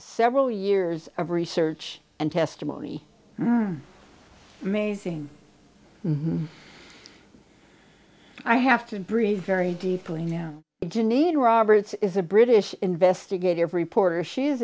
several years of research and testimony amazing i have to breathe very deeply now janine roberts is a british investigative reporter she